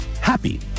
happy